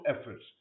efforts